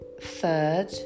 third